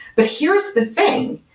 but here's the thing,